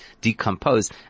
decompose